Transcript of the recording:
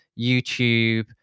YouTube